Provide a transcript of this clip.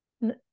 No